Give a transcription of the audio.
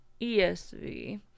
ESV